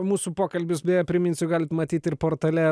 mūsų pokalbis beje priminsiu galit matyt ir portale